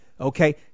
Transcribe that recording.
Okay